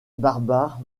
barbares